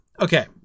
Okay